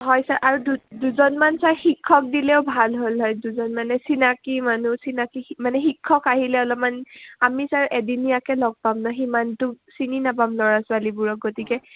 হয় ছাৰ আৰু দুজনমান ছাৰ শিক্ষক দিলেও ভাল হ'ল হয় দুজন মানে চিনাকি মানুহ চিনাকি মানে শিক্ষক আহিলে অলপমান আমি ছাৰ এদিনীয়াকৈ লগ পাম ন সিমানটো চিনি নাপাম ল'ৰা ছোৱালীবোৰক গতিকে